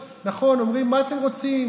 נכון, אומרים: מה אתם רוצים?